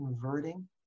converting